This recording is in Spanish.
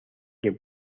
que